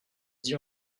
dit